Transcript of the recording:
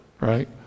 right